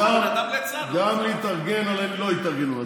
גם להתארגן עליהם לא התארגנו.